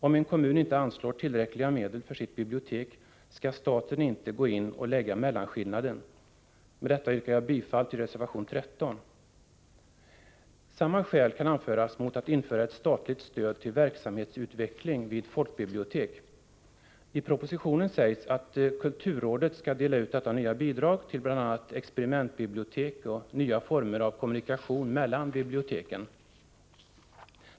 Om en kommun inte anslår tillräckliga medel för sitt bibliotek skall staten inte gå in och lägga till mellanskillnaden. Med detta yrkar jag bifall till reservation 13. Samma skäl kan anföras mot införande av ett statligt stöd till verksamhetsutveckling vid folkbibliotek. I propositionen sägs att kulturrådet skall dela ut detta nya bidrag till bl.a. experimentbibliotek och nya former av kommunikation mellan biblioteken.